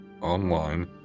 online